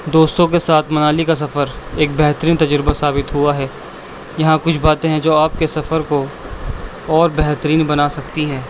دوستوں کے ساتھ منالی کا سفر ایک بہترین تجربہ ثابت ہوا ہے یہاں کچھ باتیں ہیں جو آپ کے سفر کو اور بہترین بنا سکتی ہیں